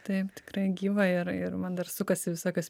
taip tikra gyva ir ir man dar sukasi visokios